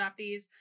adoptees